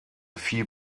viel